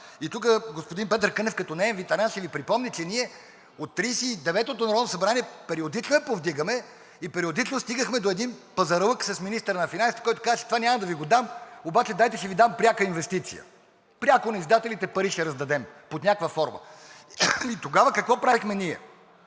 и тук господин Петър Кънев като неин ветеран ще Ви припомни, че ние от Тридесет и деветото народно събрание периодично я повдигаме и периодично стигахме до един пазарлък с министъра на финансите, който казваше: „Това няма да Ви го дам, обаче дайте ще Ви дам пряка инвестиция. Пряко на издателите пари ще раздадем под някаква форма.“ И тогава какво правехме ние?